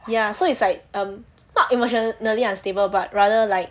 ya so it's like um not emotionally unstable but rather like